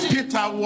Peter